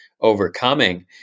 overcoming